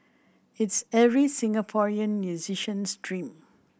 it's every Singaporean musician's dream